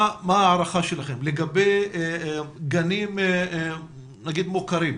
מה ההערכה שלכם לגבי גנים מוכרים,